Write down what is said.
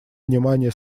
внимания